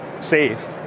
safe